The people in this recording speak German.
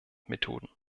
methoden